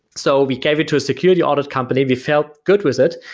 so we gave it to a security audit company. we felt good with it.